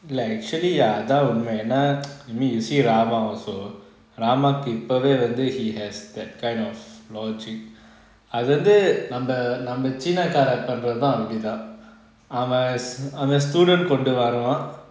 like actually ya அதன் உண்மை என்ன:athan unma enna I mean you see lah rama also rama கு இப்பொவேய் வந்து:ku ipovey vanthu until he has that kind of logic அது வந்து நம்ம நம்ம சீனாக்காரன் பண்றதும் அப்பிடி தான்:athu vanthu namma namma cheenakaaran panrathum apidi thaan I'm a I'm a student கொண்டு வருவான்:kondu varuvan